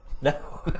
No